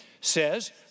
says